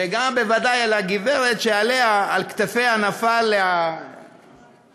וגם בוודאי לגברת שעל כתפיה נפל הנטל